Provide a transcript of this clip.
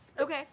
Okay